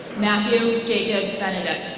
matthew jacob benedict.